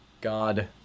God